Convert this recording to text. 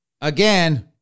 Again